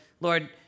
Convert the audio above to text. Lord